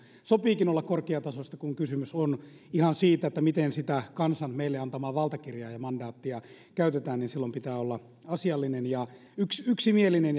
sopiikin olla korkeatasoista kun kysymys on ihan siitä miten sitä kansan meille antamaa valtakirjaa ja mandaattia käytetään silloin pitää olla asiallinen ja yksimielinen